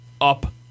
up